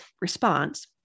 response